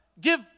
give